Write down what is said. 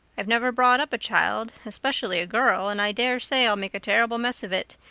i've never brought up a child, especially a girl, and i dare say i'll make a terrible mess of it.